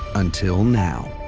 until now.